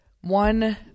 one